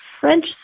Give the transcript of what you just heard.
French